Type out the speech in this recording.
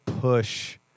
push